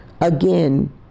again